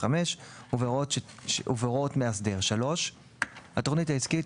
5 ובהוראות מאסדר; התוכנית העסקית,